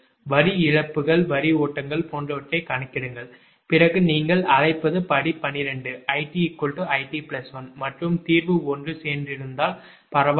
வரி இழப்புகள் வரி ஓட்டங்கள் போன்றவற்றைக் கணக்கிடுங்கள் பிறகு நீங்கள் அழைப்பது படி 12 𝐼𝑇 𝐼𝑇 1 மற்றும் தீர்வு ஒன்று சேர்ந்திருந்தால் பரவாயில்லை